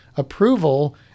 Approval